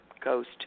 coast